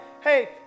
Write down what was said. hey